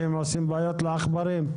שהם עושים בעיות לעכברים?